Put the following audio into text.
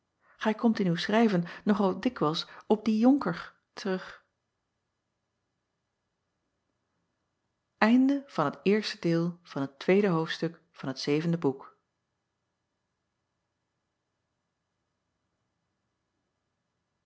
gij komt in uw schrijven nog al dikwijls op dien onker terug